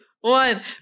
one